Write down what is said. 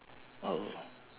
oh